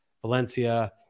Valencia